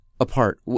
apart